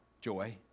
joy